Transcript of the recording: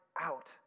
out